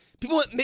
people